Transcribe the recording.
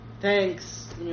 thanks